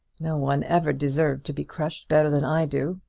no one ever deserved to be crushed better than i do.